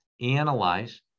analyze